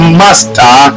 master